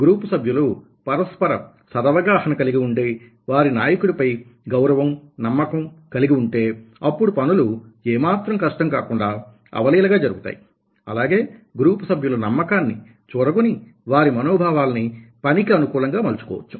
group సభ్యులు పరస్పర సదవగాహన కలిగి ఉండి వారి నాయకుడిపై గౌరవం నమ్మకం కలిగి ఉంటే అప్పుడు పనులు ఏమాత్రం కష్టం కాకుండా అవలీలగా జరుగుతాయి అలాగే గ్రూప్ సభ్యుల నమ్మకాన్ని చూరగొని వారి మనోభావాలని పనికి అనుకూలంగా మలచుకోవచ్చు